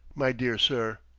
my dear sir.